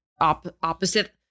opposite